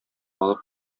алып